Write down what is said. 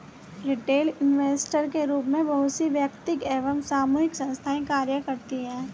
retail investor के रूप में बहुत सी वैयक्तिक एवं सामूहिक संस्थाएं कार्य करती हैं